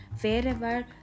wherever